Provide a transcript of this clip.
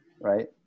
right